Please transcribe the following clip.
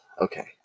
Okay